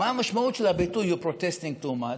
מה המשמעות של הביטוי ?You're protesting too match